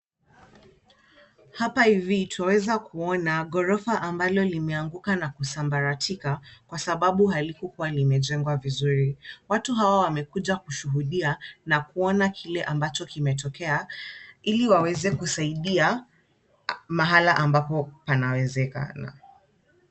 Hapa hivi, twaweza kuona ghorofa ambalo limeanguka na kusambaratika kwa sababu halikukua limejengwa vizuri. Watu hawa wamekuja kushuhudia na kuona kile ambacho kimetokea, ili waweze kusaidia mahali ambapo panawezekana.